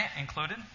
Included